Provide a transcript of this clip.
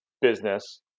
business